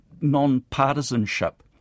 non-partisanship